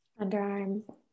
Underarm